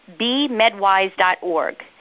bmedwise.org